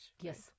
Yes